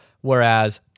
Whereas